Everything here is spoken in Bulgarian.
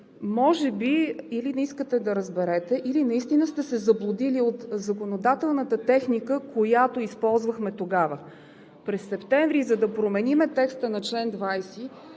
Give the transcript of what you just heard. Може би или не искате да разберете, или наистина сте се заблудили от законодателната техника, която използвахме тогава. През септември, за да променим текста на чл. 20,